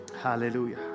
Hallelujah